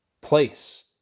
place